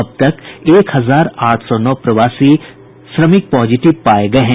अब तक एक हजार आठ सौ नौ प्रवासी श्रमिक पॉजिटिव पाये गये हैं